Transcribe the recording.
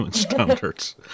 standards